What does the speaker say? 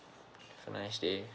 have a nice day